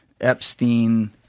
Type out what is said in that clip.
Epstein